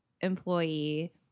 employee